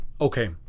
okay